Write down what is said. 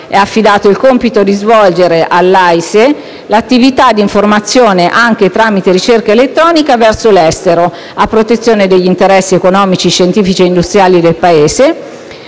è affidato il compito di svolgere attività di informazione anche tramite ricerca elettronica verso l'estero, a protezione degli interessi economici, scientifici e industriali del Paese.